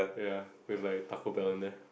ya with like Taco-Bell in there